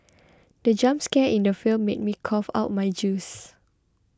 the jump scare in the film made me cough out my juice